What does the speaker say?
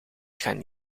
gaan